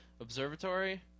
Observatory